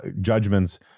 judgments